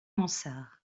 mansart